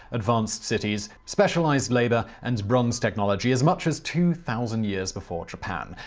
advanced cities, specialized labor and bronze technology, as much as two thousand years before japan.